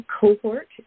cohort